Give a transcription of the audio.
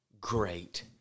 great